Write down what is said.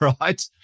right